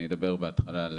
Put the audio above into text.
אני אדבר בהתחלה על